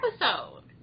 episode